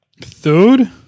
Third